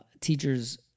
teachers